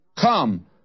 Come